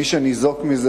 מי שניזוק מזה,